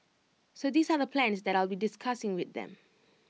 so these are the plans that I'll be discussing with them